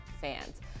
fans